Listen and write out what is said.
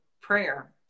prayer